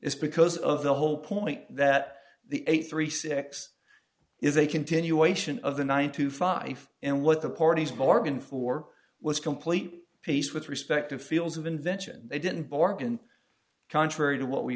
it's because of the whole point that the a thirty six is a continuation of the nine to five and what d the parties bargained for was complete peace with respective fields of invention they didn't bargain contrary to what we